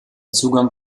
zugang